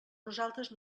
nosaltres